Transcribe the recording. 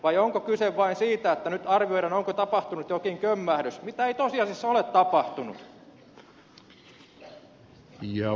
vai onko kyse vain siitä että nyt arvioidaan onko tapahtunut jokin kömmähdys mitä ei tosiasiassa ole tapahtunut